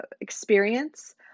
experience